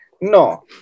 no